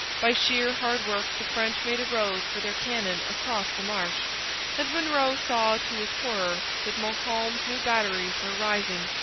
by sheer hard work the french made a road for their cannon across the marsh and monro saw, to his horror, that montcalm's new batteries were rising,